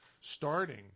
Starting